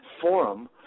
forum